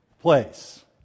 place